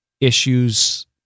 issues